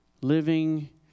living